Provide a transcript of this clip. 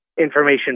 information